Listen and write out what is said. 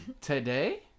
today